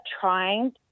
trying